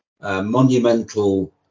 monumental